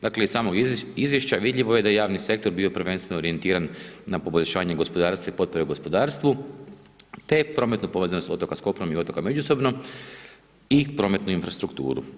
Dakle iz samog izvješća vidljivo je da je javni sektor bio prvenstveno orijentiran na poboljšanje gospodarstva i potpore u gospodarstvu te prometnu povezanost otoka sa kopnom i otoka međusobno i prometnu infrastrukturu.